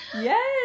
yes